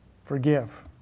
Forgive